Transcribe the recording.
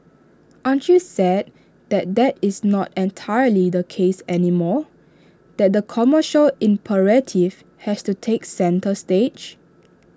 aren't you sad that that is not entirely the case anymore that the commercial imperative has to take centre stage